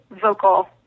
vocal